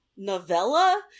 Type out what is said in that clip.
novella